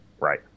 Right